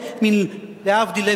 להבדיל,